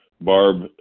Barb